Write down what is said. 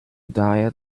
diet